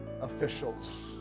officials